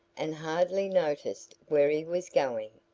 and hardly noticed where he was going.